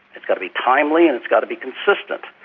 it's got to be timely and it's got to be consistent.